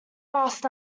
last